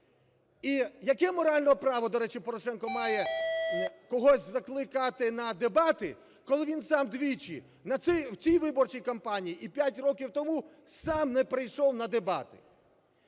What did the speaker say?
І яке моральне право, до речі, Порошенко має когось закликати на дебати, коли він сам двічі – в цій виборчій кампанії і 5 років тому – сам не прийшов на дебати?